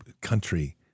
country